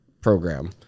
program